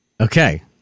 Okay